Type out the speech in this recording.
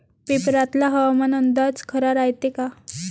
पेपरातला हवामान अंदाज खरा रायते का?